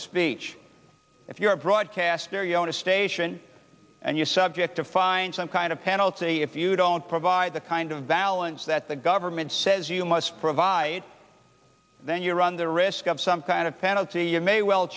speech if you're a broadcaster you own a station and you're subject to find some kind of penalty if you don't provide the kind of balance that the government says you must provide then you run the risk of some kind of penalty you may well